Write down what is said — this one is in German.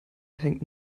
hängt